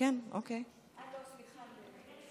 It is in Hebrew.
אזרחים כבר איבדו או בדרך לאבד את מקור פרנסתם,